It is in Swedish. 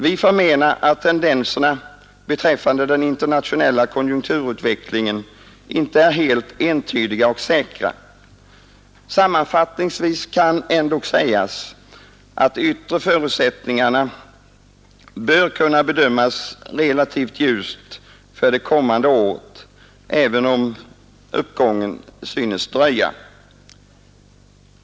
Vi menar att tendenserna beträffande den internationella konjunkturutvecklingen inte är helt entydiga och säkra. Sammanfattningsvis kan ändock sägas att de yttre förutsättningarna bör kunna bedömas relativt ljust för det kommande året, även om uppgången synes dröja.